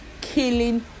killing